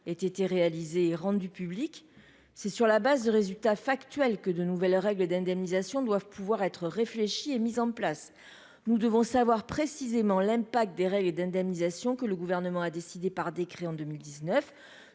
ait été réalisée et rendue publique, c'est sur la base de résultats factuels que de nouvelles règles d'indemnisation doivent pouvoir être réfléchie et mise en place, nous devons savoir précisément l'impact des règles d'indemnisation que le gouvernement a décidé par décret en 2019